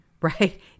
right